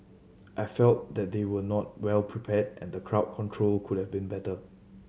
I felt that they were not well prepared and crowd control could have been better